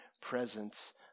presence